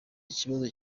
ikibazo